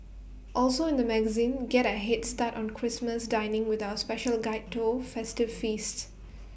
also in the magazine get A Head start on Christmas dining with our special guide to festive feasts